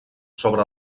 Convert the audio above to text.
sobre